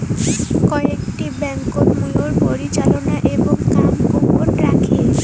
আকটি ব্যাংকোত মুইর পরিচালনা এবং কাম গোপন রাখে